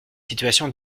situation